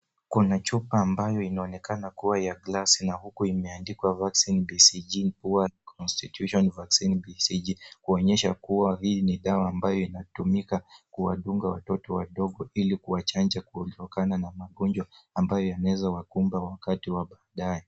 Kuna chupa ambayo inaonekana kuwa ya glasi na huku imeandikwa vaccine BCG constitution vaccine BCG kuonyesha kuwa hii ni dawa ambayo inatumika kuwadunga watoto wadogo ili kuwachanja kutokana na magonjwa ambayo yanaweza wakumba wakati wa baadaye.